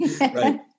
Right